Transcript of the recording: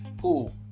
Cool